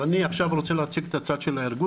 ואני עכשיו רוצה להציג את הצד של הארגון